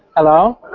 hello.